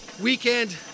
weekend